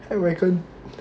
Hackwagon